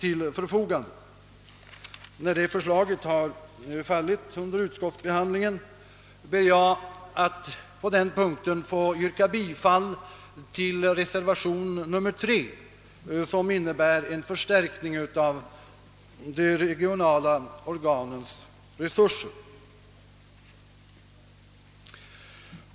Då detta förslag har fallit under utskottsbehandlingen, ber jag att på denna punkt få yrka bifall till reservationen nr 3 vid jordbruksutskottets utlåtande nr 17, vilken innebär förstärkning av de regionala organens resurser.